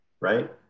right